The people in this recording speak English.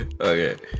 Okay